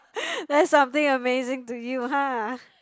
that's something amazing to you hah